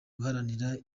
guharanira